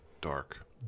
dark